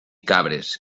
cabres